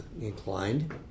inclined